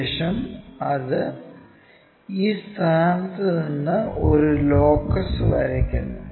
ശേഷം അത് ഈ സ്ഥാനത്ത് നിന്ന് ഒരു ലോക്കസ് വരയ്ക്കുന്നു